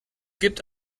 gibt